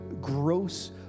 gross